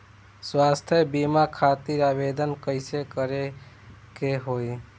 स्वास्थ्य बीमा खातिर आवेदन कइसे करे के होई?